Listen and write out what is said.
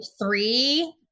three